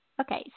Okay